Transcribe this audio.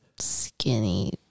skinny